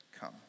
come